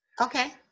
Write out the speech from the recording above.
Okay